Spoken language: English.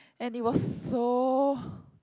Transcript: and it was so